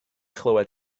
chlywed